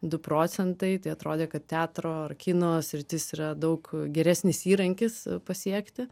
du procentai tai atrodė kad teatro ar kino sritis yra daug geresnis įrankis pasiekti